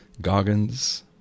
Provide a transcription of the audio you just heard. Goggins